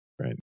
Right